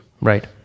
Right